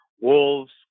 wolves